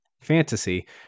fantasy